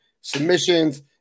submissions